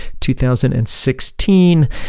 2016